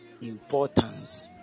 importance